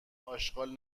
آشغال